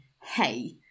hey